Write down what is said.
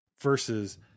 Versus